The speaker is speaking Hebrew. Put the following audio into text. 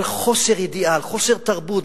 על חוסר ידיעה, על חוסר תרבות.